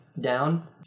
down